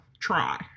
try